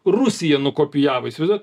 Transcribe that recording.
rusija nukopijavus įsivaizduojat